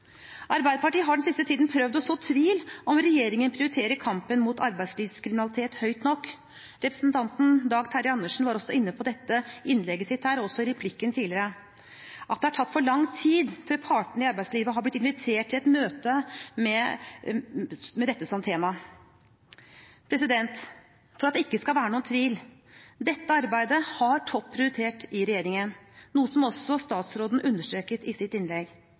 Arbeiderpartiet har den siste tiden prøvd å så tvil om regjeringen prioriterer kampen mot arbeidslivskriminalitet høyt nok. Representanten Dag Terje Andersen var også inne på dette i innlegget sitt, og også i replikken tidligere, at det har tatt for lang tid før partene i arbeidslivet har blitt invitert til et møte med dette som tema. For at det ikke skal være noen tvil: Dette arbeidet har topp prioritet i regjeringen, noe som også statsråden understreket i sitt innlegg.